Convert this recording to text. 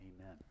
Amen